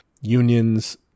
unions